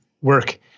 work